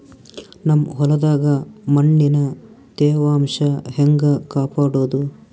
ನಮ್ ಹೊಲದಾಗ ಮಣ್ಣಿನ ತ್ಯಾವಾಂಶ ಹೆಂಗ ಕಾಪಾಡೋದು?